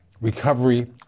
recovery